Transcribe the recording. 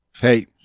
Hey